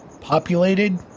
populated